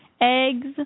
eggs